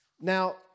Now